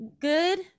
good